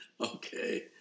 Okay